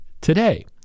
today